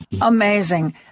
Amazing